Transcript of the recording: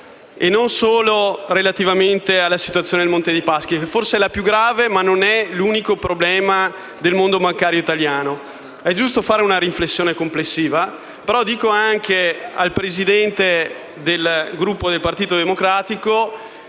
e non solo relativamente alla situazione del Monte dei Paschi, che forse è la più grave, ma non è l'unico problema del mondo bancario italiano. È giusto fare una riflessione complessiva, però vorrei anche dire al Presidente del Gruppo del Partito Democratico